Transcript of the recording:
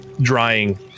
drying